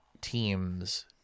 teams